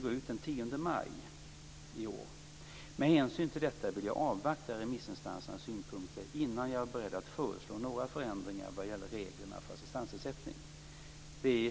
Vi definierar samhällets skyldigheter med utgångspunkt i medborgarnas rättigheter.